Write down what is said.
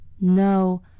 No